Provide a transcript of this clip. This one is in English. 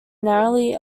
narrowly